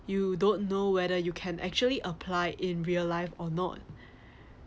you don't know whether you can actually apply in real life or not